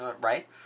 Right